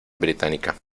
británica